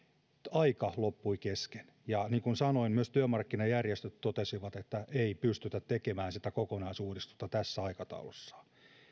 aika loppui kesken ja niin kuin sanoin myös työmarkkinajärjestöt totesivat että ei pystytä tekemään kokonaisuudistusta tässä aikataulussa